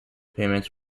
payments